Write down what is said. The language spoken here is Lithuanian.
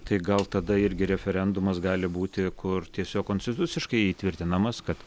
tai gal tada irgi referendumas gali būti kur tiesiog konstituciškai įtvirtinamas kad